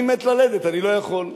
אני מת ללדת, אני לא יכול.